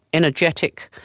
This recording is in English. energetic,